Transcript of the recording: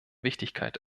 wichtigkeit